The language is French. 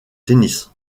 tennis